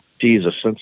Jesus